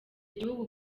gihugu